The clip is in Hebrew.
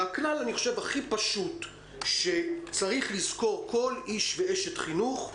הכלל הכי פשוט שצריכים לזכור כל איש ואשת חינוך הוא